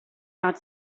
that